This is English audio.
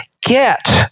get